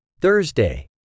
Thursday